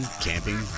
camping